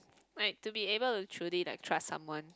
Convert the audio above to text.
like to be able to truly like trust someone